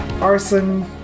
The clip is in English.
arson